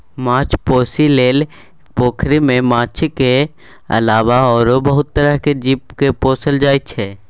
माछ पोसइ लेल पोखरि मे माछक अलावा आरो बहुत तरहक जीव केँ पोसल जाइ छै